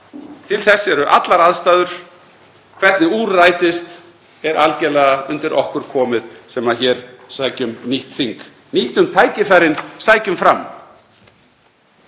Til þess eru allar aðstæður. Hvernig úr rætist er algerlega undir okkur komið sem hér sækjum nýtt þing. Nýtum tækifærin, sækjum fram.